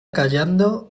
callando